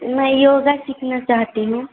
में योगा सीखना चाहती हूँ